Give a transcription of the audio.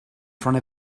front